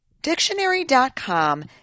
Dictionary.com